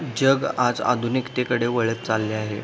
जग आज आधुनिकतेकडे वळत चालले आहे